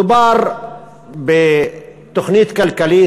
מדובר בתוכנית כלכלית,